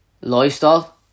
lifestyle